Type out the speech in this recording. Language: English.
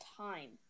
time